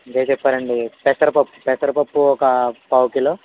మీరే చెప్పారండి పెసర పప్పు పెసర పప్పు ఒక పావు కిలో